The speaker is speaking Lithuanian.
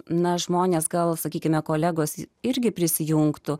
na žmonės gal sakykime kolegos irgi prisijungtų